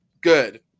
good